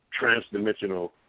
transdimensional